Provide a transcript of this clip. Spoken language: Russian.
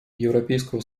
европейского